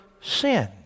sin